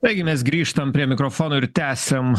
taigi mes grįžtam prie mikrofono ir tęsiam